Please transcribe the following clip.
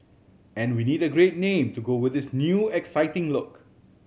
and we need a great name to go with this new exciting look